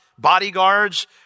Bodyguards